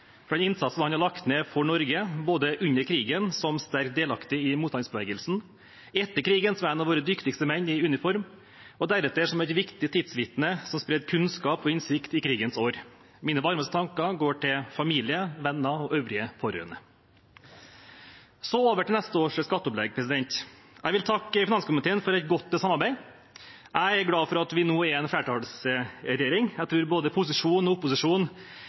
for den innsatsen han har lagt ned for Norge, både under krigen som sterkt delaktig i motstandsbevegelsen, etter krigen som en av våre dyktigste menn i uniform, og deretter som et viktig tidsvitne som spredte kunnskap og innsikt om krigens år. Mine varmeste tanker går til familie, venner og øvrige pårørende. Så over til neste års skatteopplegg. Jeg vil takke finanskomiteen for et godt samarbeid. Jeg er glad for at vi nå er en flertallsregjering. Jeg tror både posisjon og opposisjon